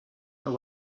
know